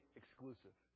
exclusive